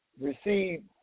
receive